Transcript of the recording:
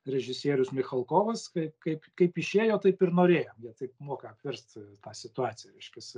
režisierius michalkovas kai kaip kaip išėjo taip ir norėjo jie taip moka apverst tą situaciją reiškias